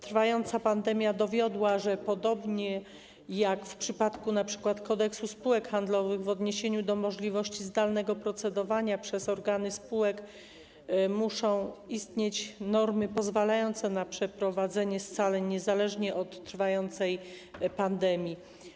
Trwająca pandemia dowiodła, że podobnie jak w przypadku np. Kodeksu spółek handlowych w odniesieniu do możliwości zdalnego procedowania przez organy spółek muszą istnieć normy pozwalające na przeprowadzenie scaleń niezależnie od trwającej pandemii.